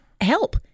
help